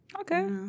okay